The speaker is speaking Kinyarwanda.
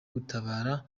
gutabara